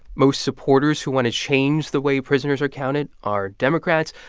most supporters who want to change the way prisoners are counted are democrats,